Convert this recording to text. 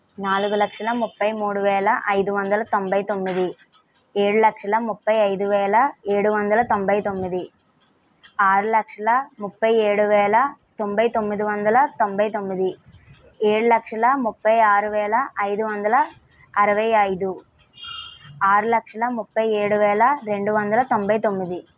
నాలుగు లక్షల ముప్పై మూడు వేల ఐదు వందల తొంభై తొమ్మిది ఏడు లక్షల ముప్పై ఐదు వేల ఏడు వందల తొంభై తొమ్మిది ఆరు లక్షల ముప్పై ఏడు వేల తొంబై తొమ్మిది వందల తొంభై తొమ్మిది ఏడు లక్షల ముప్పై ఆరు వేల ఐదు వందల అరవై ఐదు ఆరు లక్షల ముప్పై ఏడు వేల రెండు వందల తొంభై తొమ్మిది